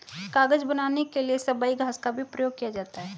कागज बनाने के लिए सबई घास का भी प्रयोग किया जाता है